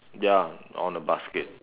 ya on the basket